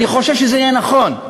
אני חושב שזה יהיה נכון,